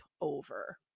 over